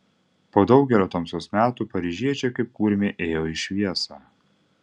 po daugelio tamsos metų paryžiečiai kaip kurmiai ėjo į šviesą